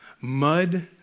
mud